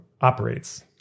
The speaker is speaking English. operates